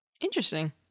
Interesting